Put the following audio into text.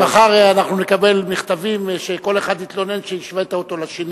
כי מחר אנחנו נקבל מכתבים שכל אחד יתלונן שהשווית אותו לשני,